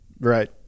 right